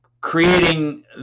creating